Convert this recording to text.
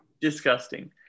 disgusting